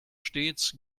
stets